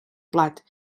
plat